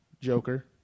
Joker